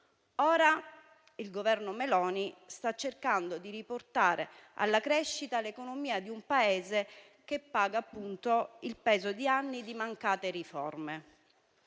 Ora il Governo Meloni sta cercando di riportare alla crescita l'economia di un Paese che paga il peso di anni di mancate riforme.